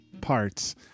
parts